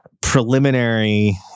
preliminary